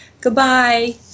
Goodbye